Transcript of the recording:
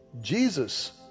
Jesus